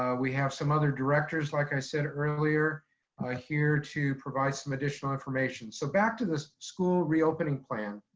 ah we have some other directors like i said earlier ah here to provide some additional information. so back to the school reopening plan.